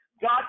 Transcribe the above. God